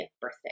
birthday